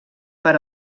per